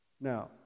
Now